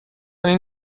این